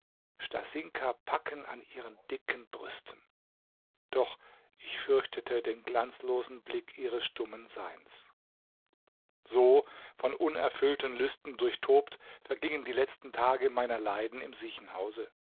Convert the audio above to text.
stasinka packen an ihren dicken brüsten doch ich fürchtete den glanzlosen blick ihres stummen seins so von unerfüllten lüsten durchtobt vergingen die letzten tage meiner leiden im